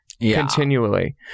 continually